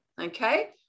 okay